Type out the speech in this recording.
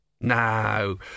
No